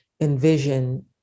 envision